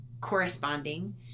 corresponding